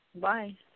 Bye